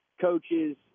coaches